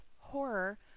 horror